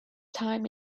time